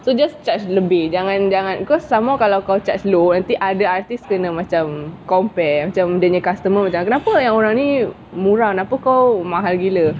so just charge lebih jangan jangan cause some more kalau kau charge low nanti other artist kena macam compare macam then the customer macam kenapa orang ni murah kenapa kau mahal gila